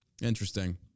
Interesting